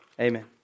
Amen